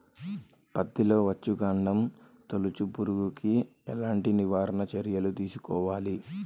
పత్తిలో వచ్చుకాండం తొలుచు పురుగుకి ఎలాంటి నివారణ చర్యలు తీసుకోవాలి?